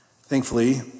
Thankfully